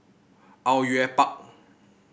Au Yue Pak